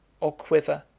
or quiver,